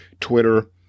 Twitter